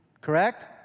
Correct